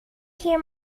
here